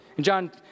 John